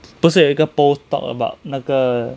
不是有一个 post talk about 那个